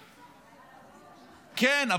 כן,